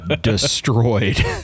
Destroyed